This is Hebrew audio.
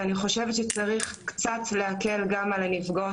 אני חושבת שצריך להקל קצת גם על נפגעות